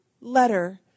letter